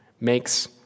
makes